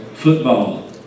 football